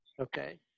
Okay